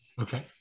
Okay